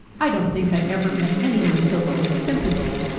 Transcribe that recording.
i don't think i ever met anyone so full of sympathy,